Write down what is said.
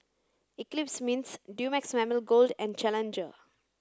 Eclipse Mints Dumex Mamil Gold and Challenger